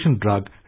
drug